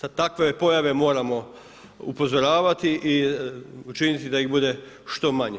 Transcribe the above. Na takve pojave moramo upozoravati i učiniti da ih bude što manje.